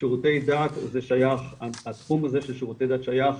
שרותי דת זה שייך, התחום הזה של שירותי דת, שייך